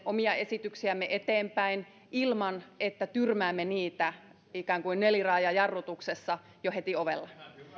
omia esityksiämme eteenpäin ilman että tyrmäämme asioita ikään kuin neliraajajarrutuksessa jo heti ovella